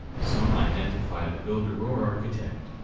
some identify the builder or architect.